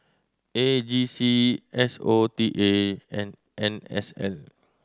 A G C S O T A and N S L